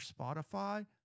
Spotify